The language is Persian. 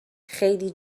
خیلی